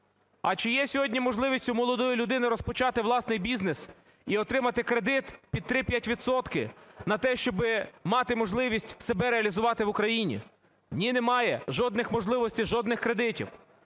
А чи є сьогодні можливість у молодої людини розпочати власний бізнес і отримати кредит під 3-5 відсотки на те, щоби мати можливість себе реалізувати в Україні? Ні, немає жодних можливостей, жодних кредитів.